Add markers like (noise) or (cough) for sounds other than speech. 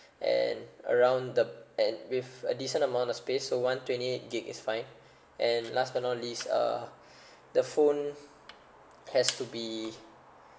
and around the and with a decent amount of space so one twenty eight gig is fine and last but not least uh (breath) the phone has to be